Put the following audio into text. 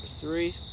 three